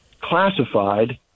classified